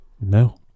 No